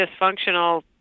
dysfunctional